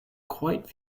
quite